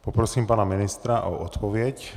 Poprosím pana ministra o odpověď.